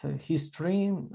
history